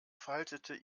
faltete